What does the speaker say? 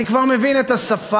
אני כבר מבין את השפה,